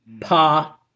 Pa